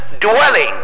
dwelling